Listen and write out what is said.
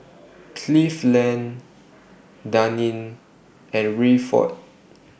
Cleveland Daneen and Rayford